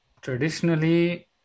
traditionally